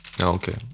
Okay